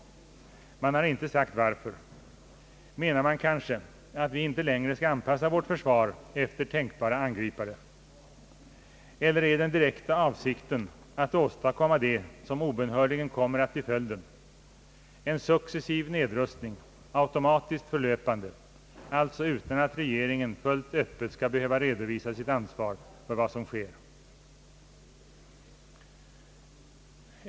Man har inte sagt varför. Menar man kanske att vi inte längre skall anpassa vårt försvar efter tänkbara angripare? Eller är kanske den direkta avsikten att åstadkomma det som obönhörligen kommer att bli följden — en successiv nedrustning, automatiskt förlöpande, utan att regeringen helt öppet skall behöva redovisa sitt ansvar för vad som sker?